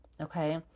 Okay